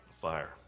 Fire